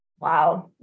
Wow